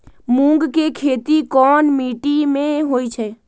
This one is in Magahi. मूँग के खेती कौन मीटी मे होईछ?